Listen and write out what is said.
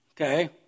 okay